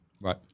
Right